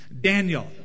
Daniel